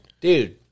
Dude